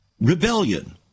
Rebellion